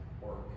work